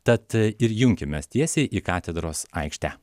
tad ir junkimės tiesiai į katedros aikštę